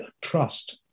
trust